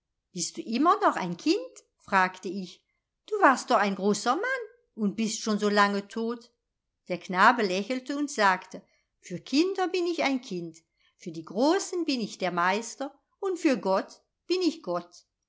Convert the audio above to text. bist du immer noch ein kind fragte ich du warst doch ein großer mann und bist schon so lange tot der knabe lächelte und sagte für kinder bin ich ein kind für die großen bin ich der meister und für gott bin ich gott